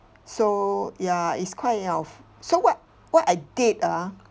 so ya is kind of so what what I did ah